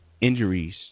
Injuries